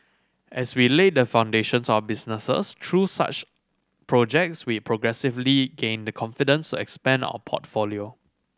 as we laid the foundations our businesses through such projects we progressively gained the confidence to expand our portfolio